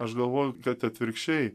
aš galvoju kad atvirkščiai